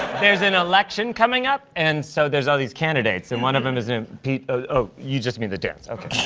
there's an election coming up. and so there's all these candidates. and one of them is named pete oh, you just mean the dance. ok.